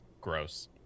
gross